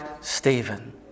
Stephen